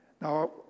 now